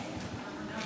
אופיר כץ (הליכוד): לדבר עוד